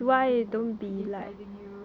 they sing and criticize you